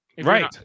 Right